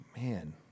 Man